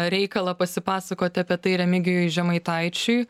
reikalą pasipasakoti apie tai remigijui žemaitaičiui